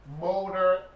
Motor